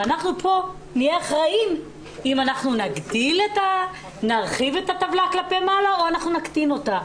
ואנחנו פה נהיה אחראים אם נעלה את הטבלה כלפי מעלה או שנוריד אותה.